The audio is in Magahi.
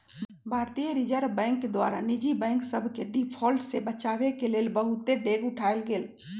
भारतीय रिजर्व बैंक द्वारा निजी बैंक सभके डिफॉल्ट से बचाबेके लेल बहुते डेग उठाएल गेल